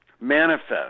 manifest